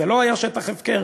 זה לא היה שטח הפקר,